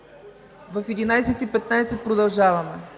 В 11,15 ч. продължаваме.